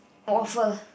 waffle